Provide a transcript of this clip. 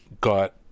got